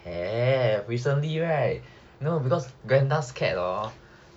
have recently right because glenda's cat hor